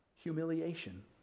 humiliation